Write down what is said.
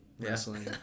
wrestling